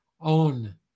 own